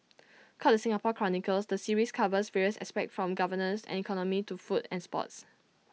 called the Singapore chronicles the series covers various aspects from governance and economy to food and sports